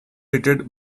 rated